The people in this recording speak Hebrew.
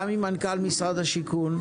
גם עם מנכ"ל משרד השיכון,